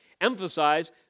emphasize